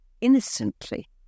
innocently